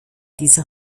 dieser